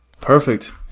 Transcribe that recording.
Perfect